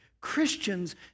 Christians